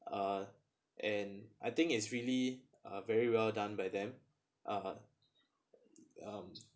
uh and I think it's really a very well done by them uh um